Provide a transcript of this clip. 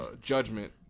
judgment